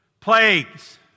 plagues